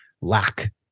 lack